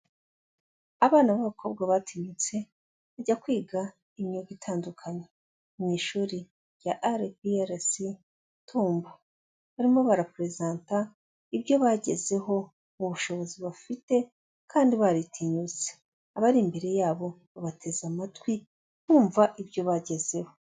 Abana b'abakobwa batinyutse bajya kwiga imyuga itandukanye, mu ishuri rya IPRC Tumba, barimo bara purezanta ibyo bagezeho mu bushobozi bafite, kandi baritinyutse, abari imbere yabo babateze amatwi kumva ibyo bagezeho.